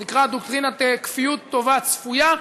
זה נקרא דוקטרינת כפיות טובה צפויה.